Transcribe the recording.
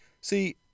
See